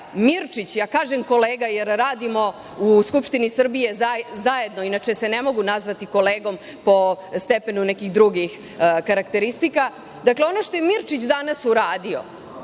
Mirčić, kažem kolega jer radimo u Skupštini Srbije zajedno, inače se ne mogu nazvati kolegom po stepenu nekih drugih karakteristika, dakle ono što je Mirčić danas uradio